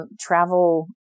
travel